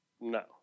no